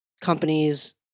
companies